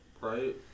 right